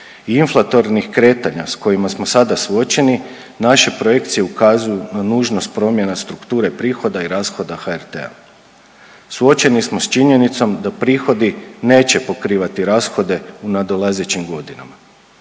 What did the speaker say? inflatornih kretanja s kojima smo sada suočeni naše projekcije ukazuju na nužnost promjena strukture prihoda i rashoda HRT-a. Suočeni smo s činjenicom da prihodi neće pokrivati rashode u nadolazećim godinama.